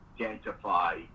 identify